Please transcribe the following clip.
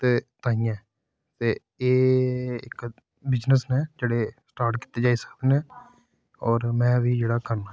ते ताइयें ते एह् इक बिजनेस नै जेह्ड़े स्टार्ट कीते जाई सकदे नै और मैं बी जेह्ड़ा करना ऐ